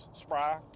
spry